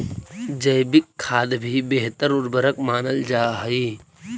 जैविक खाद भी बेहतर उर्वरक मानल जा हई